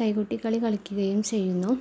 കൈകൊട്ടിക്കളി കളിക്കുകയും ചെയ്യുന്നു